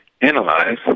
analyze